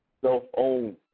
self-owned